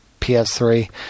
PS3